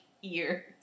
years